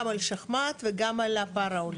גם על שחמט, וגם על --- האולימפיים.